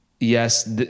yes